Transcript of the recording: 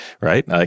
right